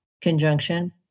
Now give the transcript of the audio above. conjunction